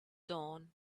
dawn